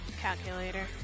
Calculator